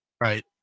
Right